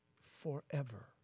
forever